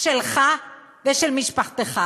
שלך ושל משפחתך.